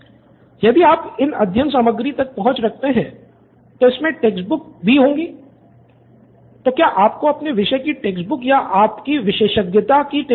student १ यदि आप इन अध्ययन सामग्रियों तक पहुँच रखते हैं तो इसमे टेक्स्ट बुक्स आपको सॉफ्टकॉपी मे उपलब्ध हैं